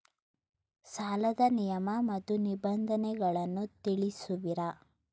ಸಾಲದ ನಿಯಮ ಮತ್ತು ನಿಬಂಧನೆಗಳನ್ನು ತಿಳಿಸುವಿರಾ?